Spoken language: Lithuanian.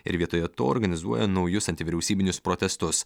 ir vietoje to organizuoja naujus antivyriausybinius protestus